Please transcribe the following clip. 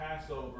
Passover